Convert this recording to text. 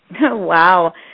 Wow